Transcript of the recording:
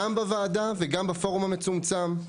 גם בוועדה וגם בפורום המצומצם.